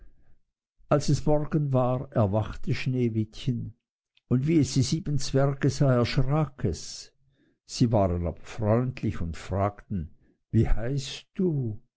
als es morgen war erwachte sneewittchen und wie es die sieben zwerge sah erschrak es sie waren aber freundlich und fragten wie heißt du